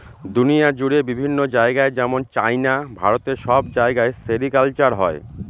দুনিয়া জুড়ে বিভিন্ন জায়গায় যেমন চাইনা, ভারত সব জায়গায় সেরিকালচার হয়